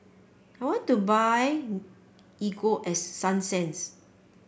I want to buy Ego Sunsense